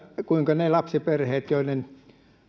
kuinka ne lapsiperheet joiden